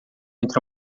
entre